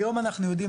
היום אנחנו יודעים,